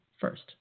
first